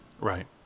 Right